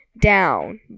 down